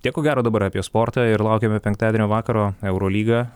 tiek ko gero dabar apie sportą ir laukiame penktadienio vakaro eurolyga